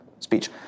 speech